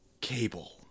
Cable